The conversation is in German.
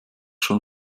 schon